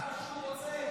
זה מה שהוא רוצה.